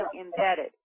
embedded